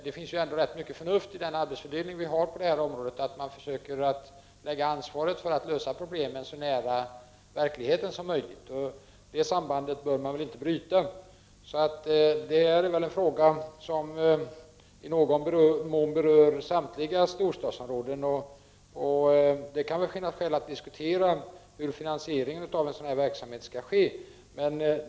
Det finns rätt mycket förnuft i arbetsfördelningen på detta område, som innebär att ansvaret för att lösa problemen ligger så nära verkligheten som möjligt. Det sambandet bör inte brytas. Detta är en fråga som i någon mån berör samtliga storstadsområden, och det kan finnas skäl att diskutera hur finansieringen av sådan här verksamhet skall ske.